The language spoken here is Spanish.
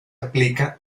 aplica